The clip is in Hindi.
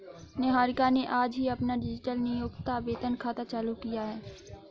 निहारिका ने आज ही अपना डिजिटल नियोक्ता वेतन खाता चालू किया है